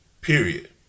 Period